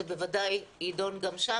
זה בוודאי יידון גם שם,